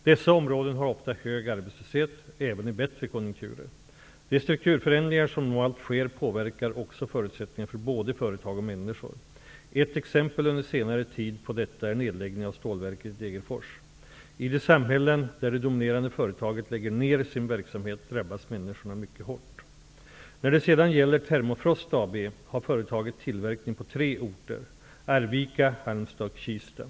Dessa områden har ofta hög arbetslöshet, även i bättre konjunkturer. De strukturförändringar som normalt sker påverkar också förutsättningarna för både företag och människor. Ett exempel under senare tid på detta är nedläggningen av stålverket i Degerfors. I de samhällen där det dominerande företaget lägger ner sin verksamhet drabbas människorna mycket hårt. När det sedan gäller Termofrost AB har företaget tillverkning på tre orter, Arvika, Halmstad och Kista.